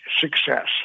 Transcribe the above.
success